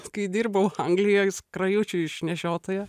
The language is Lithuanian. kai dirbau anglijoj skrajučių išnešiotoja